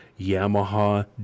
Yamaha